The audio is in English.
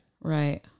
Right